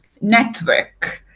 network